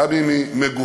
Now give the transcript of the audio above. גם אם היא מגוחכת,